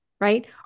right